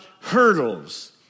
hurdles